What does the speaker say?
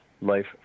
life